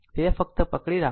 તેથી આ ફક્ત આ પકડી રાખો